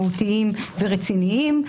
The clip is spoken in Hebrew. מהותיים ורציניים.